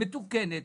מתוקנת,